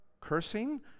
cursing